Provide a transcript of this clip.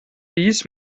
dies